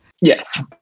Yes